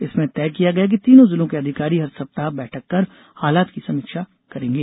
इसमें तय किया गया कि तीनों जिलों के अधिकारी हर सप्ताह बैठक कर हालात की समीक्षा करेंगे